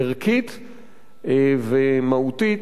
ערכית ומהותית,